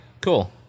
cool